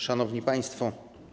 Szanowni Państwo!